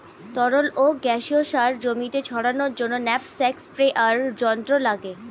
তরল ও গ্যাসীয় সার জমিতে ছড়ানোর জন্য ন্যাপস্যাক স্প্রেয়ার যন্ত্র লাগে